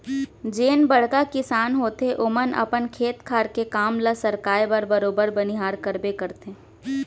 जेन बड़का किसान होथे ओमन अपन खेत खार के काम ल सरकाय बर बरोबर बनिहार करबे करथे